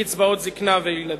לקצבאות זיקנה וילדים.